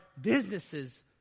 businesses